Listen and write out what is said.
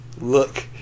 look